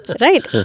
Right